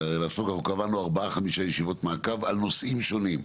קבענו ארבע או חמש ישיבות מעקב על נושאים שונים.